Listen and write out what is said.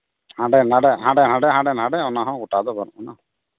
ᱦᱟᱸᱰᱮ ᱱᱟᱰᱮ ᱦᱟᱸᱰᱮ ᱦᱟᱸᱰᱮ ᱱᱟᱰᱮ ᱚᱱᱟ ᱦᱚᱸ ᱜᱚᱴᱟ ᱫᱚ ᱵᱟᱹᱱᱩᱜᱼᱟᱱᱟ